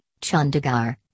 Chandigarh